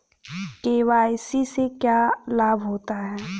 KYC से क्या लाभ होता है?